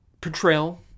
portrayal